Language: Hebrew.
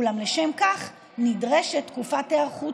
אולם לשם כך נדרשת תקופת היערכות